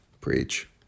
Preach